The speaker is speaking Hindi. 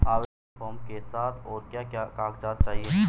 आवेदन फार्म के साथ और क्या क्या कागज़ात चाहिए?